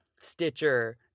Stitcher